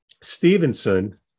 stevenson